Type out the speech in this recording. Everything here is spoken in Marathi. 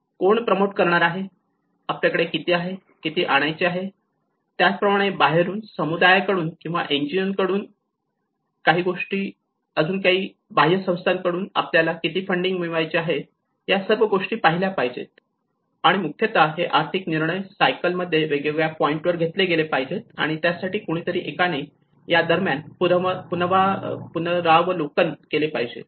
हे कोण प्रमोट करणार आहे आपल्याकडे किती आहे किती आणायचे आहे त्याच प्रमाणे बाहेरून समुदायाकडून किंवा NGOs कडून किंवा अजून काही बाह्य संस्थांकडून आपल्याला किती फंडिंग मिळवायचे आहे या सर्व गोष्टी पाहिल्या पाहिजेत आणि मुख्यतः हे आर्थिक निर्णय सायकल मध्ये वेगवेगळ्या पॉईंट वर घेतले गेले पाहिजेत आणि त्यासाठी कुणीतरी एकाने यादरम्यान पुनरावलोकन केले पाहिजे